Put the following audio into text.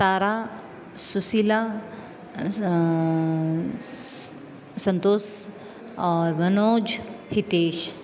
तारा सुशीला संतोष और मनोज हितेश